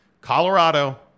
Colorado